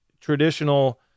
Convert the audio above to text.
traditional